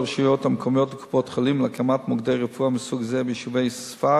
לרשויות המקומיות ולקופות-החולים להקמת מוקדי רפואה מסוג זה ביישובי ספר